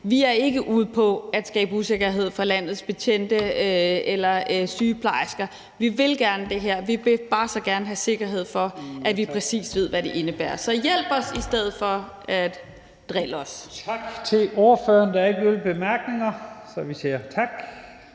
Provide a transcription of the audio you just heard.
Vi er ikke ude på at skabe usikkerhed for landets betjente eller sygeplejersker. Vi vil gerne det her. Vi vil bare så gerne have sikkerhed for, at vi ved, hvad det præcis indebærer. Så hjælp os i stedet for at drille os. Kl. 16:33 Første næstformand (Leif Lahn Jensen): Tak